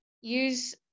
use